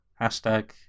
Hashtag